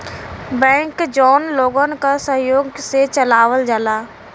bank जौन लोगन क सहयोग से चलावल जाला